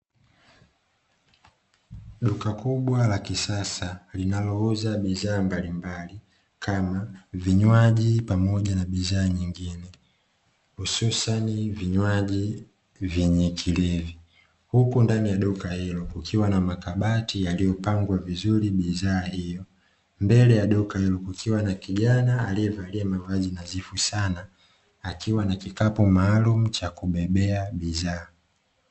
Duka kubwa la kisasa, linalouza bidhaa mbalimbali, kama vinywaji pamoja na bidhaa nyingine, hususani vinywaji vyenye kilevi. Huku ndani ya duka hilo kukiwa na makabati yaliyopangwa vizuri bidhaa hiyo. Mbele ya duka hilo kukiwa na kijana aliyevalia mavazi nadhifu Sana, akiwa na kikapu maalumu cha kubebea bidhaa.